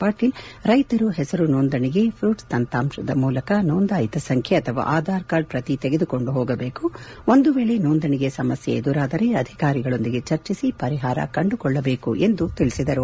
ಪಾಟೀಲ್ ರೈತರು ಹೆಸರು ಸೋಂದಣಿಗೆ ಪುಟ್ಸ್ ತಂತ್ರಾಂಶದ ನೋಂದಾಯಿತ ಸಂಖ್ಯೆ ಅಥವಾ ಆಧಾರ ಪ್ರತಿ ತೆಗೆದುಕೊಂಡು ಹೋಗಬೇಕು ಒಂದು ವೇಳೆ ನೋಂದಣಿಗೆ ಸಮಸ್ಥೆ ಎದುರಾದರೆ ಅಧಿಕಾರಿಗಳೊಂದಿಗೆ ಚರ್ಚಿಸಿ ಪರಿಹಾರ ಕಂಡುಕೊಳ್ಳಬೇಕು ಎಂದು ತಿಳಿಸಿದರು